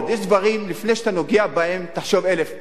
יש דברים שלפני שאתה נוגע בהם, תחשוב אלף פעם.